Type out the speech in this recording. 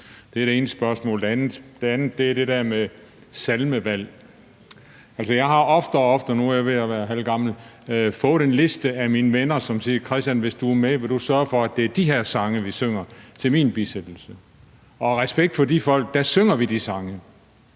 Det er det ene spørgsmål. Det andet er det der med salmevalg. Altså, jeg har oftere og oftere, og nu er jeg ved at være halvgammel, fået en liste af mine venner, som spørger: Christian, hvis du er med, vil du så sørge for, at det er de her sange, vi synger til min bisættelse? Og af respekt for de folk synger vi de sange.